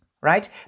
right